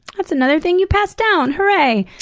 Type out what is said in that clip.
that's another thing you passed down! hooray!